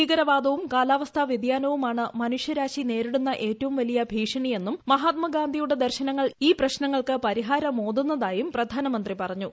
ഭീകരവാദവും കാലാവസ്ഥാ വൃതിയാനവുമാണ് മനുഷ്യരാശി നേരിടുന്ന ഏറ്റവും വലിയ ഭീക്ഷണിയെന്നും മഹാത്മാഗാന്ധിയുടെ ദർശനങ്ങൾ ഈ പ്രശ്നങ്ങൾക്ക് പരിഹാരമോതുന്നതായും പ്രധാനമന്ത്രി പറഞ്ഞു